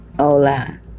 Hola